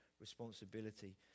responsibility